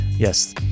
Yes